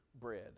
bread